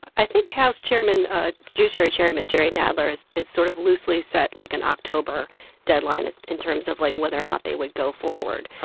i think house chairman judiciary chairman jerry nadler has has sort of loosely set, like, an october deadline in terms of, like, whether or not they would go forward.